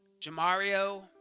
Jamario